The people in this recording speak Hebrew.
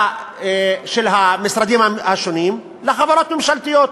של המשרדים השונים, לחברות ממשלתיות.